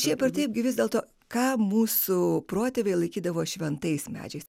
šiaip ar taip gi vis dėl to ką mūsų protėviai laikydavo šventais medžiais